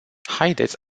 haideți